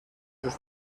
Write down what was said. sus